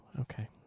Okay